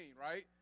right